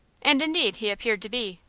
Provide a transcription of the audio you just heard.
and indeed he appeared to be.